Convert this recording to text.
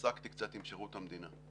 עסקתי קצת עם שירות המדינה,